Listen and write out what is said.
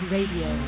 Radio